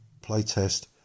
playtest